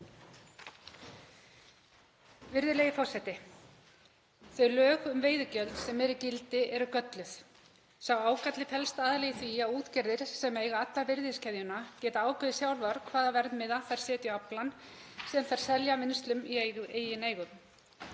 Virðulegi forseti. Þau lög um veiðigjald sem eru í gildi eru gölluð. Sá ágalli felst aðallega í því að útgerðir sem eiga alla virðiskeðjuna geta ákveðið sjálfar hvaða verðmiða þær setja á aflann sem þær selja vinnslum í eigin eigu.